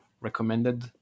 recommended